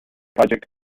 project